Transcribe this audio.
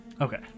Okay